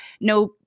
no